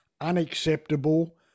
unacceptable